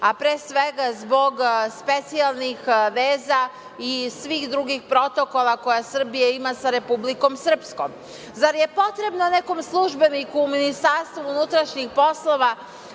a pre svega zbog specijalnih veza i svih drugih protokola koje Srbija ima sa Republikom Srpskom. Zar je potrebno nekom službeniku u MUP-u, posle onih svih provera